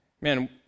Man